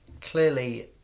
clearly